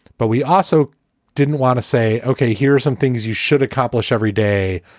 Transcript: but we also didn't want to say, ok, here are some things you should accomplish every day.